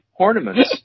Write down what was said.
hornaments